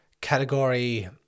category